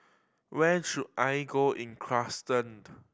where should I go in Kyrgyzstan